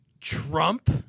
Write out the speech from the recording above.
Trump